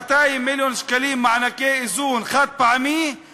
200 מיליון שקלים מענקי איזון חד-פעמיים,